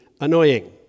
annoying